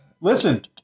Listen